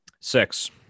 Six